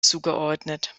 zugeordnet